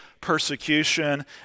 persecution